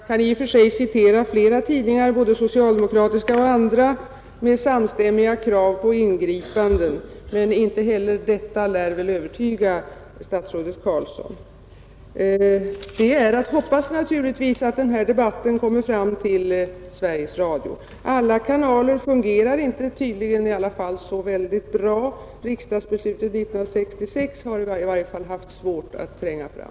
Herr talman! Jag kan i och för sig citera fler tidningar, både socialdemokratiska och andra, med samstämmiga krav på ingripanden. Men inte heller detta lär väl övertyga statsrådet Carlsson. Det är naturligtvis att hoppas att denna debatt når fram till Sveriges Radio. Alla kanaler fungerar tydligen inte särskilt bra i alla fall. Riksdagens beslut år 1966 har i varje fall haft svårt att tränga fram.